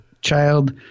child